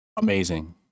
Amazing